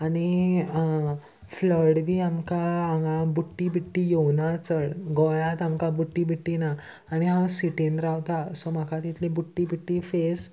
आनी फ्लड बी आमकां हांगा बुड्टी बिड्टी येवना चड गोंयांत आमकां बुड्टी बिड्टी ना आनी हांव सिटीन रावतां सो म्हाका तितली बुड्टी बिड्टी फेस